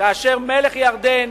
כאשר מלך ירדן